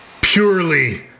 purely